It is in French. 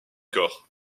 corps